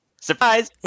Surprise